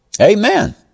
Amen